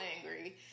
angry